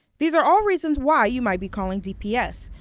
these are all reasons why you might be calling d p s.